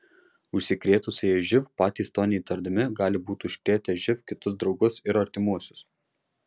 užsikrėtusieji živ patys to neįtardami gali būti užkrėtę živ kitus draugus ir artimuosius